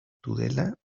tudela